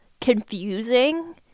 confusing